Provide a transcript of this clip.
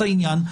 בסדר גמור.